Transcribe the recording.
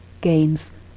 gains